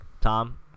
tom